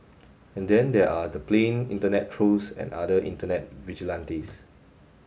and then there are the plain internet trolls and other internet vigilantes